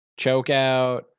chokeout